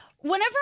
Whenever